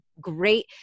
Great